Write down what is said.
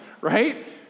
right